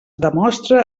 demostra